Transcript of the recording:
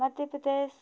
Madhya Pradesh